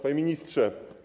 Panie Ministrze!